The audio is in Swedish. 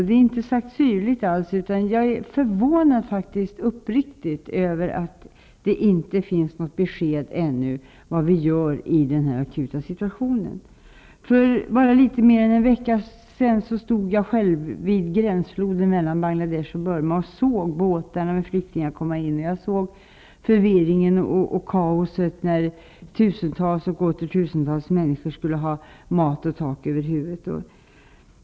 Det är inte sagt syrligt alls, för jag är faktiskt upp riktigt förvånad över att det ännu inte finns något besked om vad vi gör i den akuta situationen. För litet mer än en vecka sedan stod jag vid gränsfloden mellan Bangladesh och Burma och såg båtarna med flyktingar komma in. Jag såg förvirringen och kaoset när tusentals och åter tusentals människor skulle ha mat och tak över huvudet.